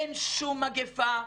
אין שום מגיפה,